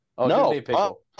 No